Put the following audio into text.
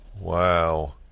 Wow